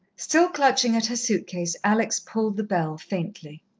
still clutching at her suit-case, alex pulled the bell faintly.